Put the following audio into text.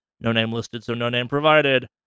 no-name-listed-so-no-name-provided